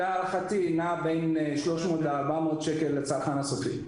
להערכתי נעה בין 300 ל-400 שקל לצרכן הסופי.